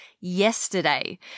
yesterday